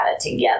together